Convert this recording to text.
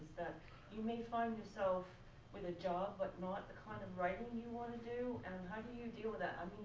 that you may find yourself with a job, but not the kind of writing you want to do. and how do you deal with that?